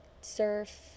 surf